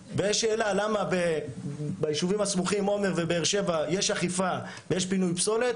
למה בישובים הסמוכים עומר ובאר שבע יש אכיפה ויש פינוי פסולת